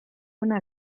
una